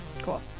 cool